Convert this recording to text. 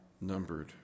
numbered